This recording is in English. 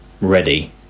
ready